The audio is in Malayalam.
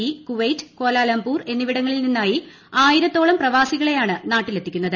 ഇ കുവൈറ്റ് കാലാലംപൂർ എന്നിവിടങ്ങളിൽ നിന്നായി ആയിരത്തോളം പ്രവാസികളെയാണ് നാട്ടിലെത്തിക്കുന്നത്